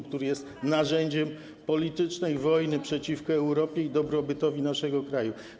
który jest narzędziem politycznej wojny przeciwko Europie i dobrobytowi naszego kraju.